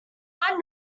find